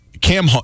Cam